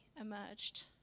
emerged